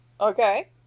Okay